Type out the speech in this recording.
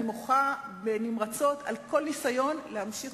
אני מוחה נמרצות על כל ניסיון להמשיך